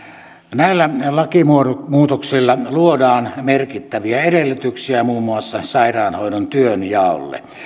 näillä näillä lakimuutoksilla luodaan merkittäviä edellytyksiä muun muassa sairaanhoidon työnjaolle